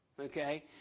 okay